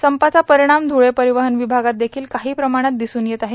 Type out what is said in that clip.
संपाचा परिणाम ध्रळे परिवहन विभागात देखील काही प्रमाणात दिसून येत आहे